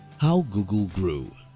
how google grew